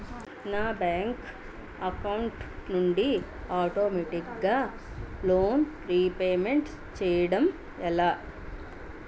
నా bank account నుండి ఆటోమేటిగ్గా లోన్ రీపేమెంట్ చేయడం ఎలా?